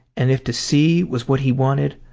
and if to see was what he wanted,